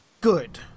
good